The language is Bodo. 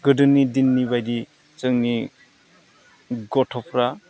गोदोनि दिननि बायदि जोंनि गथ'फ्रा